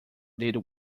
did